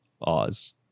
Oz